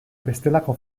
bestelako